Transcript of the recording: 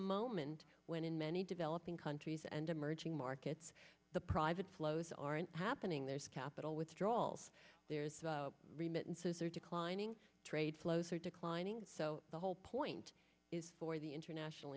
moment when in many developing countries and emerging markets the private flows aren't happening there's capital withdrawals there's remittances are declining trade flows are declining so the whole point is for the international